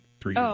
three